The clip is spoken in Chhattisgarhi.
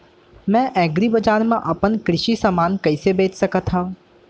मैं एग्रीबजार मा अपन कृषि समान कइसे बेच सकत हव?